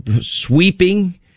sweeping